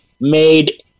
made